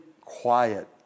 quiet